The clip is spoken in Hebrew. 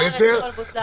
גם פרמטרים וגם הגבלות,